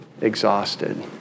exhausted